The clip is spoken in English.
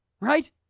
Right